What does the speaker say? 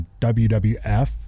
WWF